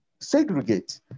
segregate